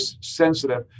sensitive